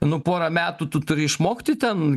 nu porą metų tu turi išmokti ten